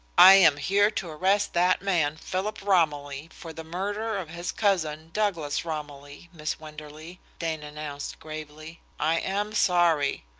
i am here to arrest that man, philip romilly, for the murder of his cousin, douglas romilly, miss wenderley, dane announced gravely. i am sorry.